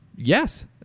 Yes